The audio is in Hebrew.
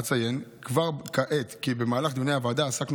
אציין כבר כעת כי במהלך דיוני הוועדה עסקנו